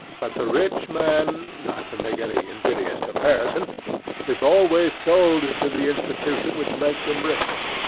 but the rich man not to make any invidious comparison is always sold to the institution which makes him rich.